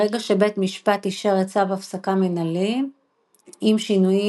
ברגע שבית משפט אישר את צו הפסקה מנהלי עם שינויים